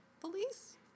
police